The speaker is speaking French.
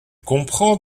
comprend